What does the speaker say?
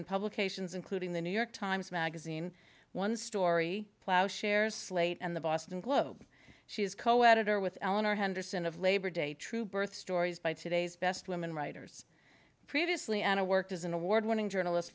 in publications including the new york times magazine one story plow shares slate and the boston globe she's coeditor with eleanor henderson of labor day true birth stories by today's best women writers previously and worked as an award winning journalist